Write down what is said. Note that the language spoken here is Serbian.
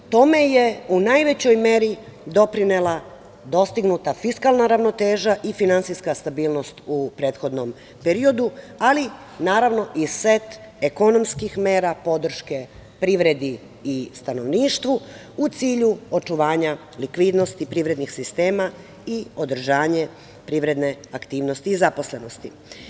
Tome je u najvećoj meri doprinela dostignuta fiskalna ravnoteža i finansijska stabilnost u prethodnom periodu, ali naravno i set ekonomskih mera podrške privredi i stanovništvu u cilju očuvanja likvidnosti privrednih sistema i održanje privredne aktivnosti i zaposlenosti.